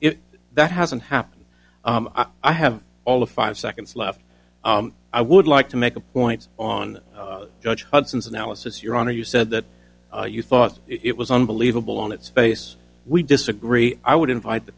if that hasn't happened i have all of five seconds left i would like to make a point on judge hudson's analysis your honor you said that you thought it was unbelievable on its face we disagree i would invite the